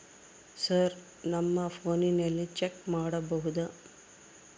Sir ನಮ್ಮ ಫೋನಿನಲ್ಲಿ check ಮಾಡಬಹುದಾ?